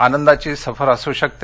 आनंदाची एक सफर असू शकते